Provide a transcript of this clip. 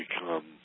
become